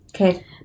Okay